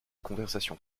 conversations